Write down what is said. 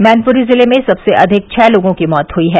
मैनपुरी ज़िले में सबसे अधिक छह लोगों की मौत हुई है